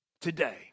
today